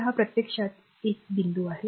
तर हा प्रत्यक्षात 1 point बिंदू आहे